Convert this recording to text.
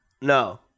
No